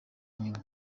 nyuma